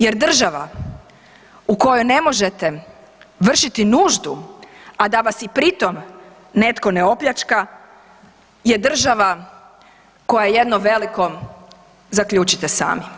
Jer država u kojoj ne možete vršiti nuždu a da vas i pri tom netko ne opljačka je država koja je jedno veliko, zaključite sami.